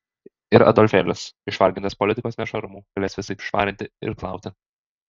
ir adolfėlis išvargintas politikos nešvarumų galės visaip švarinti ir plauti